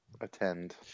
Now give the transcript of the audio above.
attend